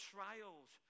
Trials